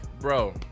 Bro